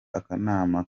akanama